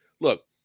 Look